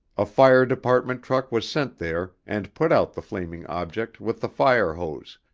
a fire department truck was sent there and put out the flaming object with the fire hose,